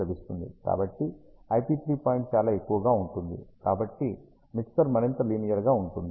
కాబట్టి IP3 point చాలా ఎక్కువగా ఉంటుంది కాబట్టి మిక్సర్ మరింత లీనియర్ గా ఉంటుంది